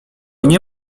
nie